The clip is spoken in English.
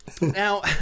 Now